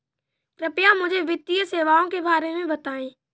कृपया मुझे वित्तीय सेवाओं के बारे में बताएँ?